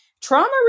Trauma